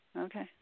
Okay